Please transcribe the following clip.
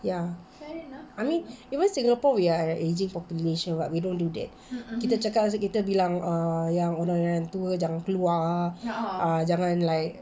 ya I mean even singapore we are an ageing population but we don't do that kita cakap lepas tu kita bilang uh yang orang-orang tua jangan keluar jangan like